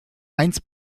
heinz